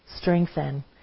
strengthen